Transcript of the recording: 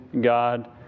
God